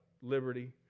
liberty